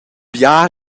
bia